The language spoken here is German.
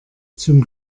zum